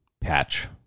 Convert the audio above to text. patch